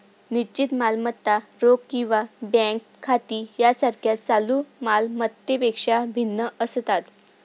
निश्चित मालमत्ता रोख किंवा बँक खाती यासारख्या चालू माल मत्तांपेक्षा भिन्न असतात